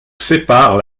sépare